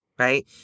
right